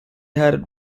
had